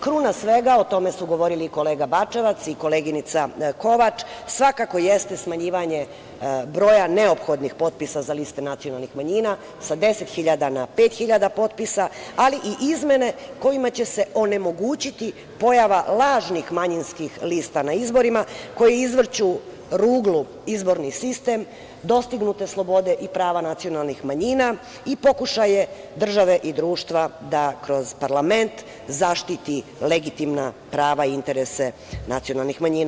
Kruna svega o tome su govorili i kolega Bačevac i koleginica Kovač, svakako jeste smanjivanje broja neophodnih potpisa za liste nacionalnih manjina sa 10.000 na 5.000 potpisa, ali i izmene kojima će se onemogućiti pojava lažnih manjinskih lista na izborima koji izvrću ruglu izborni sistem, dostignute slobode i prava nacionalnih manjina i pokušaje države i društva da kroz parlament zaštiti legitimna prava i interese nacionalnih manjina.